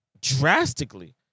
drastically